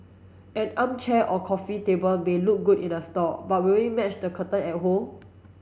an armchair or coffee table may look good in the store but will it match the curtain at home